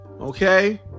Okay